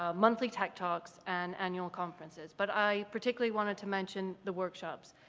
ah monthly tech talks, and annual conferences, but i particularly wanted to mention the workshops.